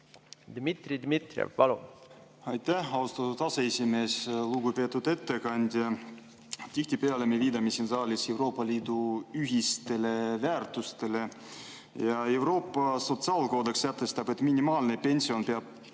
Dmitri Dmitrijev, palun! Aitäh, austatud aseesimees! Lugupeetud ettekandja! Tihtipeale me viitame siin saalis Euroopa Liidu ühistele väärtustele. Euroopa sotsiaal[kindlustus]koodeks sätestab, et minimaalne pension peab